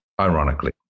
ironically